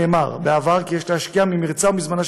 נאמר בעבר כי יש להשקיע ממרצה ומזמנה